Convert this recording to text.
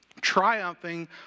triumphing